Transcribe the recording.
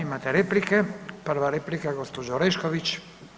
Imate replika, prva replika gospođa Orešković.